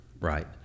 right